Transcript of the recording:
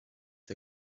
der